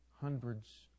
hundreds